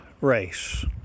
race